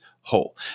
whole